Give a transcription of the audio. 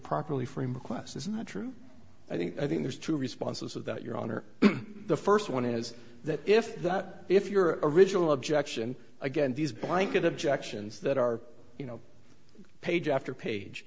properly freema quest isn't that true i think i think there's two responses to that your honor the first one is that if that if your original objection again these blanket objections that are you know page after page